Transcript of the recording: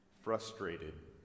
frustrated